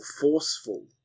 forceful